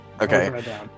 okay